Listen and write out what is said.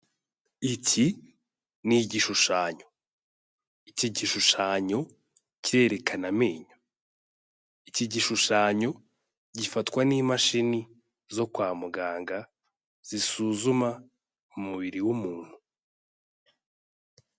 Iki ni igishushanyo. Iki gishushanyo kirerekana amenyo. Iki gishushanyo gifatwa n'imashini zo kwa muganga zisuzuma umubiri w'umuntu.